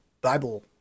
Bible